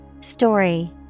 Story